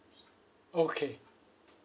okay